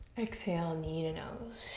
exhale, knee to nose.